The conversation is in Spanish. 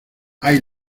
hay